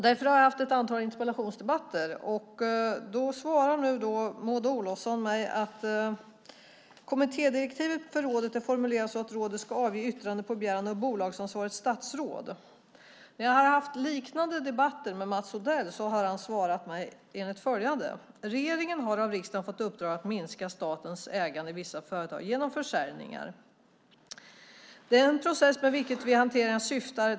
Därför har jag haft ett antal interpellationsdebatter. Maud Olofsson svarar att "kommittédirektivet för rådet är formulerat så att rådet ska avge yttrande på begäran av bolagsansvarigt statsråd". När jag haft liknande debatter med Mats Odell har han svarat mig enligt följande: "Regeringen har av riksdagen fått i uppdrag att minska statens ägande i vissa företag genom försäljningar." Vidare: "Den process med vilken vi hanterar försäljningarna syftar .